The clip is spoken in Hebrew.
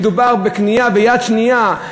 כשמדובר בקנייה מיד שנייה,